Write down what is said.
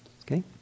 Okay